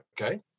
okay